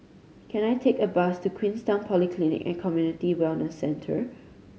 can I take a bus to Queenstown Polyclinic And Community Wellness Center